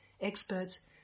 experts